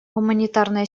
гуманитарная